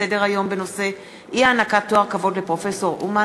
לסדר-היום בנושא: אי-הענקת תואר כבוד לפרופסור אומן